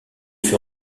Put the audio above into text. fut